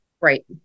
Right